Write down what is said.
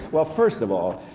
well first of all,